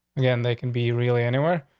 yeah, and they can be really anywhere.